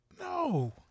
no